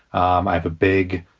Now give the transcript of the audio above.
um i've a big